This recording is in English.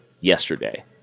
yesterday